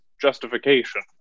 justification